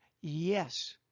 Yes